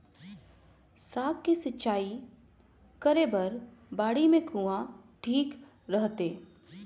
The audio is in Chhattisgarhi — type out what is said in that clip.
साग के सिंचाई करे बर बाड़ी मे कुआँ ठीक रहथे?